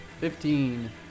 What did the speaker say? Fifteen